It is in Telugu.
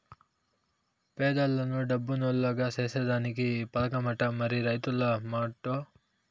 పేదలను డబ్బునోల్లుగ సేసేదానికే ఈ పదకమట, మరి రైతుల మాటో